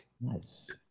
Nice